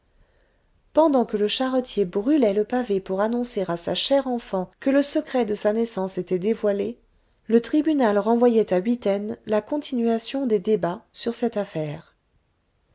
pendant que le charretier brûlait le pavé pour annoncer à sa chère enfant que le secret de sa naissance était dévoilé le tribunal renvoyait à huitaine la continuation des débats sur cette affaire